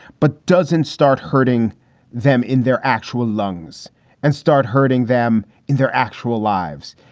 but doesn't start hurting them in their actual lungs and start hurting them in their actual lives.